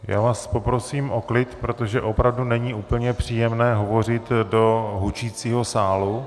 Já vás poprosím o klid, protože opravdu není úplně příjemné hovořit do hučícího sálu.